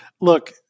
Look